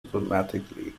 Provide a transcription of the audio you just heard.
automatically